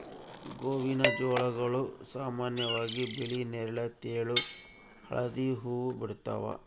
ಗೋವಿನಜೋಳಗಳು ಸಾಮಾನ್ಯವಾಗಿ ಬಿಳಿ ನೇರಳ ತೆಳು ಹಳದಿ ಹೂವು ಬಿಡ್ತವ